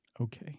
Okay